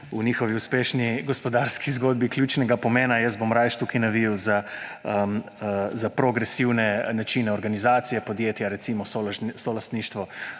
v njihovi uspešni gospodarski zgodbi ključnega pomena, jaz bom raje tukaj navijal za progresivne načine organizacije podjetja, recimo solastništvo